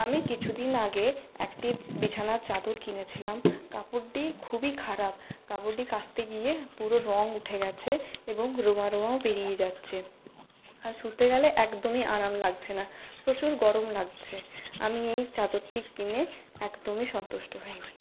আমি কিছুদিন আগে একটি বিছানার চাদর কিনেছিলাম কাপড়টি খুবই খারাপ কাপড়টি কাচতে গিয়ে পুরো রং উঠে গেছে এবং রোঁয়া রোঁয়া বেরিয়ে যাচ্ছে আর শুতে গেলে একদমই আরাম লাগছে না প্রচুর গরম লাগছে আমি এই চাদরটি কিনে একদমই সন্তুষ্ট হইনি